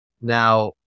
Now